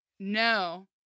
No